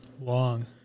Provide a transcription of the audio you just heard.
Long